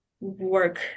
work